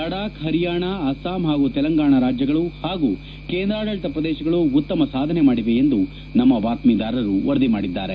ಲಡಾಕ್ ಪರಿಯಾಣ ಅಸ್ವಾಂ ಹಾಗೂ ತೆಲಂಗಾಣ ರಾಜ್ಯಗಳು ಹಾಗೂ ಕೇಂದ್ರಾಡಳಿತ ಪ್ರದೇಶಗಳು ಉತ್ತಮ ಸಾಧನೆ ಮಾಡಿವೆ ಎಂದು ನಮ್ನ ಬಾತ್ತೀದಾರರು ವರದಿ ಮಾಡಿದ್ಗಾರೆ